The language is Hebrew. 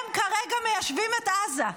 הם כרגע מיישבים את עזה.